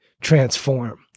transform